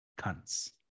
cunts